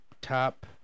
top